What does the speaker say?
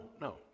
no